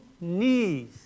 knees